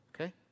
okay